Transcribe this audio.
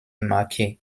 marquee